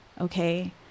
Okay